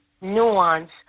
nuance